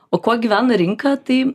o kuo gyvena rinka tai